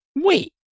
Wait